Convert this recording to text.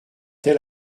tel